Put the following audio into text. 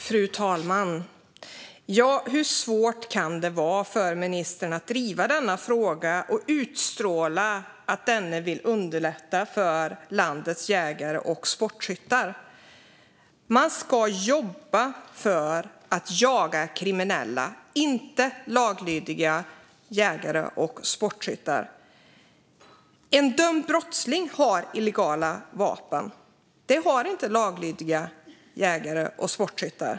Fru talman! Hur svårt kan det vara för ministern att driva denna fråga och visa att han vill underlätta för landets jägare och sportskyttar? Man ska jaga kriminella, inte laglydiga jägare och sportskyttar. En dömd brottsling har illegala vapen, inte laglydiga jägare och sportskyttar.